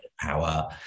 power